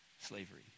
slavery